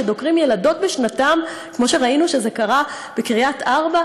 שדוקרים ילדות בשנתן כמו שראינו שקרה בקריית-ארבע?